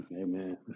Amen